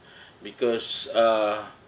because uh